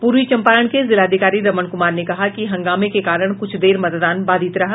पूर्वी चंपारण के जिलाधिकारी रमण कुमार ने कहा कि हंगामे के कारण कुछ देर मतदान बाधित रहा